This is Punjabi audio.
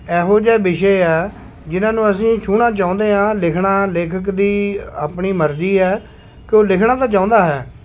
ਇਹੋ ਜਿਹੇ ਵਿਸ਼ੇ ਹੈ ਜਿਹਨਾਂ ਨੂੰ ਅਸੀਂ ਛੂਹਣਾ ਚਾਹੁੰਦੇ ਹਾਂ ਲਿਖਣਾ ਲੇਖਕ ਦੀ ਆਪਣੀ ਮਰਜ਼ੀ ਹੈ ਕਿ ਉਹ ਲਿਖਣਾ ਤਾਂ ਚਾਹੁੰਦਾ ਹੈ